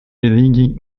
религий